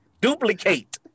Duplicate